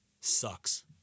Sucks